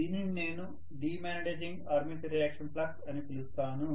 దీనిని నేను demagnetising armature reaction flux అని పిలుస్తాను